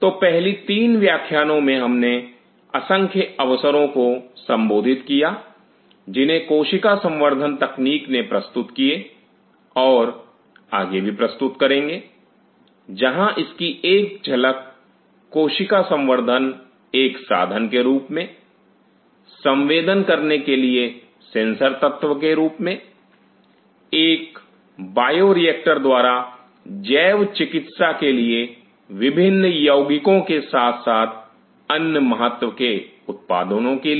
तो पहले तीन व्याख्यानो में हमने असंख्य अवसरों को संबोधित किया जिन्हें कोशिका संवर्धन तकनीक ने प्रस्तुत किए और आगे भी प्रस्तुत करेंगे जहां इसकी एक झलक कोशिका संवर्धन एक साधन के रूप में संवेदन करने के लिए सेंसर तत्व के रूप में एक बायोरिएक्टर द्वारा जैव चिकित्सा के लिए विभिन्न यौगिकों के साथ साथ अन्य महत्व के उत्पादनो के लिए